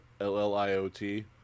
L-L-I-O-T